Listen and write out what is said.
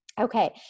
Okay